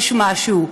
יש משהו.